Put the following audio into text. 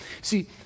See